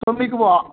తొమ్మికువ